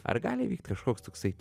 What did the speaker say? ar gali įvykti kažkoks toksai